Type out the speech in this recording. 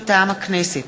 מטעם הכנסת: